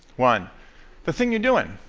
one the thing you're doing,